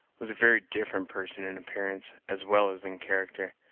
was a very different person in appearance, as well as in character.